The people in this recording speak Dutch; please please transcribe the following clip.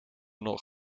nog